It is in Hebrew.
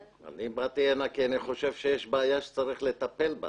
אני באתי לכאן כי אני חושב שיש בעיה שצריך לטפל בה